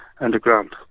underground